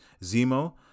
Zemo